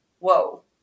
whoa